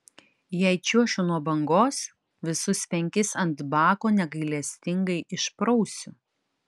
jei čiuošiu nuo bangos visus penkis ant bako negailestingai išprausiu